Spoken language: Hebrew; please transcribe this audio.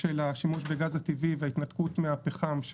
של השימוש בגז הטבעי וההתנתקות מהפחם,